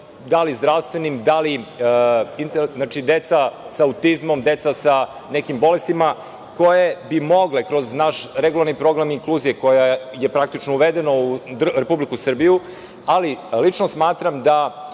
da li zdravstvenim, znači, deca sa autizmom, deca sa nekim bolestima koje bi mogle kroz naš regularni program inkluzije, koja je praktično uvedena u Republiku Srbiju… Lično smatram da,